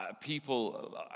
people